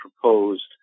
proposed